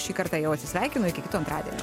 šį kartą jau atsisveikinu iki kito antradienio